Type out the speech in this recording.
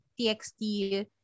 TXT